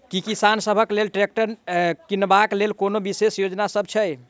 की किसान सबहक लेल ट्रैक्टर किनबाक लेल कोनो विशेष योजना सब छै?